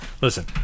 Listen